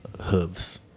hooves